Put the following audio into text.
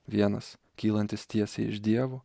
vienas kylantis tiesiai iš dievo